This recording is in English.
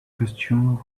costume